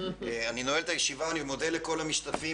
אני נועל את הישיבה ומודה לכל המשתתפים